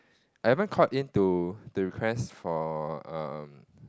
I haven't called in to to request for um